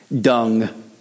Dung